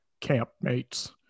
campmates